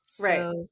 right